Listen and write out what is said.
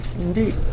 Indeed